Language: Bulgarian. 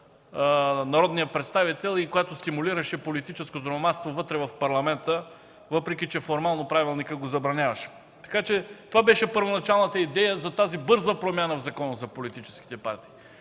народния представител и стимулираше политическото номадство вътре в Парламента, въпреки че формално правилникът го забраняваше. Така че това беше първоначалната идея за тази бърза промяна в Закона за политическите партии.